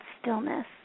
stillness